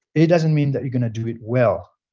it doesn't mean that you're going to do it well.